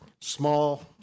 small